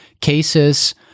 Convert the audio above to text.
cases